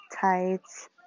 Tights